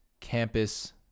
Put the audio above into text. campus